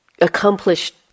accomplished